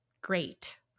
great